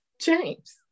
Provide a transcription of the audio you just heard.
James